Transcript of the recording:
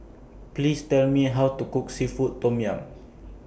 Please Tell Me How to Cook Seafood Tom Yum